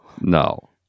no